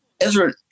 Ezra